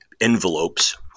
envelopes